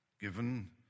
given